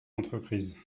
entreprises